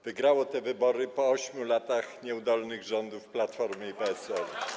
Wygrało te wybory po 8 latach nieudolnych rządów Platformy i PSL.